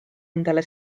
endale